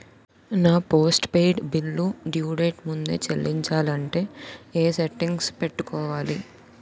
నా postpaid bill due date ముందే చెల్లించాలంటే ఎ సెట్టింగ్స్ పెట్టుకోవాలి?